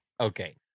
Okay